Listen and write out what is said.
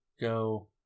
go